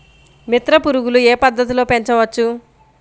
మిత్ర పురుగులు ఏ పద్దతిలో పెంచవచ్చు?